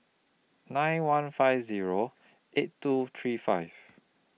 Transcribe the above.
nine one five Zero eight two three five